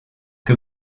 que